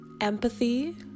empathy